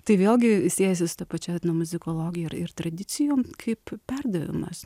tai vėlgi siejasi su ta pačia etnomuzikologija ir ir tradicijų kaip perdavimas